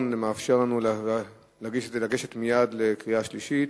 מאפשר לנו לגשת מייד לקריאה שלישית.